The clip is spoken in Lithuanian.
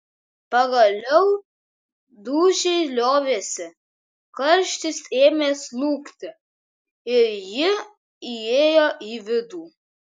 pagaliau dūžiai liovėsi karštis ėmė slūgti ir ji įėjo į vidų